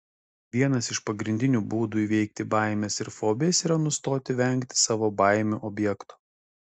vienas iš pagrindinių būdų įveikti baimes ir fobijas yra nustoti vengti savo baimių objekto